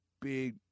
big